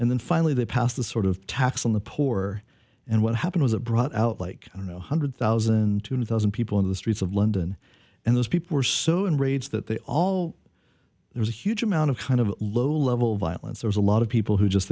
and then finally they passed the sort of tax on the poor and what happened was it brought out like you know hundred thousand to two thousand people in the streets of london and those people were so enraged that they all there's a huge amount of kind of low level violence there's a lot of people who just